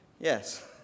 Yes